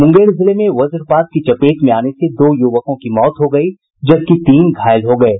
मूंगेर जिले में वज्रपात की चपेट में आने से दो यूवकों की मौत हो गयी जबकि तीन घायल हो गये